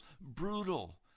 brutal